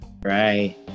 right